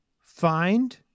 find